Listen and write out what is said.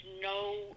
no